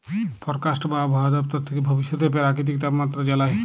forecast বা আবহাওয়া দপ্তর থ্যাকে ভবিষ্যতের পেরাকিতিক তাপমাত্রা জালায়